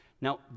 Now